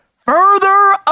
further